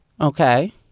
Okay